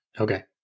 Okay